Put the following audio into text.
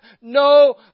no